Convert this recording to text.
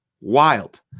Wild